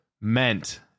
meant